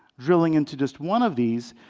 drilling into just one of these,